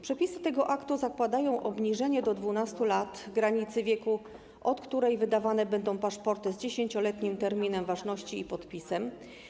Przepisy tego aktu zakładają obniżenie do 12 lat granicy wieku, od której wydawane będą paszporty z 10-letnim terminem ważności i podpisem.